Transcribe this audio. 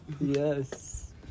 Yes